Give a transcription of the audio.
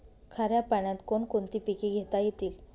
खाऱ्या पाण्यात कोण कोणती पिके घेता येतील?